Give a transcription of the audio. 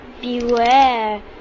beware